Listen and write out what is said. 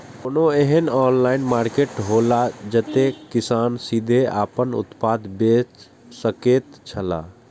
कोनो एहन online market हौला जते किसान सीधे आपन उत्पाद बेच सकेत छला?